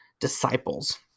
disciples